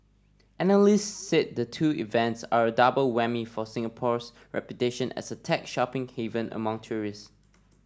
analysts said the two events are a double whammy for Singapore's reputation as a tech shopping haven among tourists